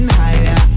higher